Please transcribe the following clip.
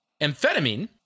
amphetamine